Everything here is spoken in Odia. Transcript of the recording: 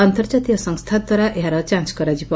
ଅନ୍ତର୍କାତୀୟ ସଂସ୍ତାଦ୍ୱାରା ଏହାର ଯାଞ୍ କରାଯିବ